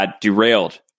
derailed